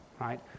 right